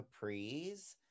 capris